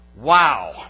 Wow